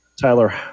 Tyler